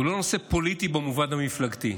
הוא לא נושא פוליטי במובן המפלגתי,